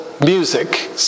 music